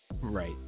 right